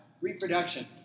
reproduction